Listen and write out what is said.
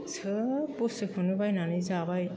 सोब बुस्थुखौनो बायनानै जाबाय